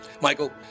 Michael